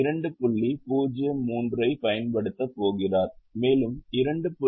03 ஐப் பயன்படுத்தப் போகிறார் மேலும் 2